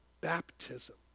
baptism